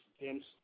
James